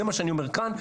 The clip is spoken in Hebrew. זה מה שאני אומר כאן,